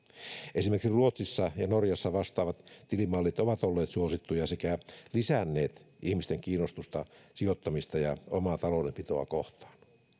esimerkiksi ruotsissa ja norjassa vastaavat tilimallit ovat olleet suosittuja sekä lisänneet ihmisten kiinnostusta sijoittamista ja omaa taloudenpitoa kohtaan